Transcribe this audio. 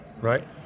right